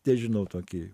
nežinau tokį